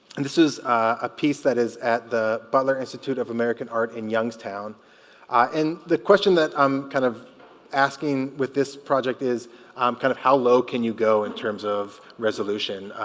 and this is a piece that is at the butler institute of american art in youngstown and the question that i'm kind of asking with this project is um kind of how low can you go in terms of resolution